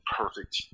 perfect